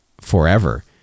forever